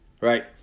right